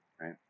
right